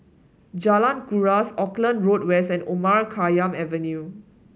Jalan Kuras Auckland Road West and Omar Khayyam Avenue